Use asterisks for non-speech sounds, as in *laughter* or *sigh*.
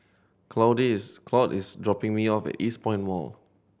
Claude is *unintelligible* dropping me off at Eastpoint Mall